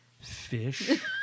Fish